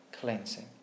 cleansing